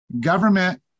government